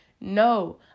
No